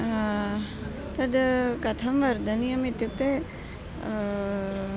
तत् कथं वर्धनीयम् इत्युक्ते